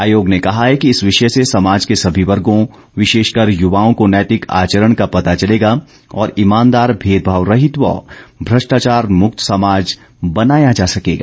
आयोग ने कहा है कि इस विषय से समाज के सभी वर्गो विशेषकर युवाओं को नैतिक आचरण का पता चलेगा और ईमानदार भेदभाव रहित व भ्रष्टाचार मुक्त समाज बनाया जा सकेगा